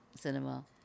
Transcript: cinema